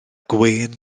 gwên